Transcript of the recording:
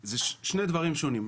אני אומר שאלו שני דברים שונים,